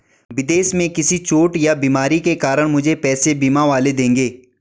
विदेश में किसी चोट या बीमारी के कारण मुझे पैसे बीमा वाले देंगे